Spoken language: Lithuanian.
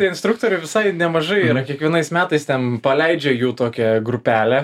tai instruktorių visai nemažai yra kiekvienais metais ten paleidžia jų tokią grupelę